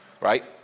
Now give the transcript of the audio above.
right